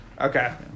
Okay